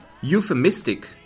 Euphemistic